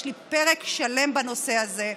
יש לי פרק שלם בנושא הזה,